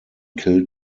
killed